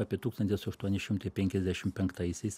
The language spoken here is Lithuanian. apie tūkstantis aštuoni šimtai penkiasdešim penktaisiais